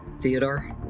Theodore